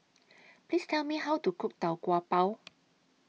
Please Tell Me How to Cook Tau Kwa Pau